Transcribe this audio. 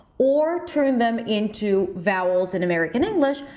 or turn them into vowels in american english,